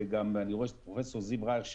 ואני רואה שגם פרופ' זיו רייך,